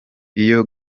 iyo